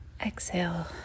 exhale